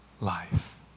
life